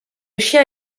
chien